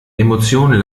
emotionen